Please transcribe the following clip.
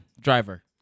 driver